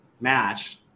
match